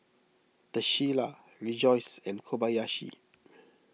the Shilla Rejoice and Kobayashi